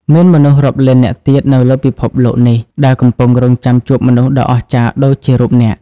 មានមនុស្សរាប់លាននាក់ទៀតនៅលើពិភពលោកនេះដែលកំពុងរង់ចាំជួបមនុស្សដ៏អស្ចារ្យដូចជារូបអ្នក។